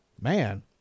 man